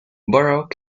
borough